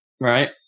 right